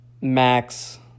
max